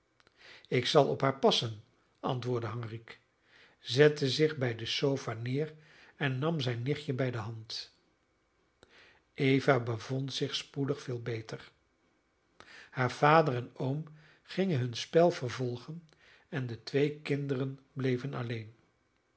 ik zal op haar passen antwoordde henrique zette zich bij de sofa neer en nam zijn nichtje bij de hand eva bevond zich spoedig veel beter haar vader en oom gingen hun spel vervolgen en de twee kinderen bleven alleen